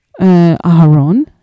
Aharon